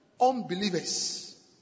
unbelievers